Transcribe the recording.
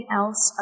else